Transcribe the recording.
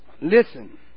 listen